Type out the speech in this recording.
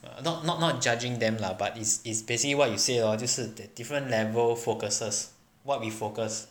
not not not judging them lah but it's is basically what you say lor 就是 dif~ different level focuses what we focus